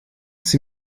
sie